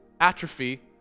atrophy